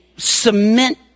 cement